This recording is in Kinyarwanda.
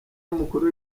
w’umukuru